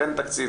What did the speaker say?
אין תקציב,